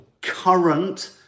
current